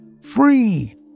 free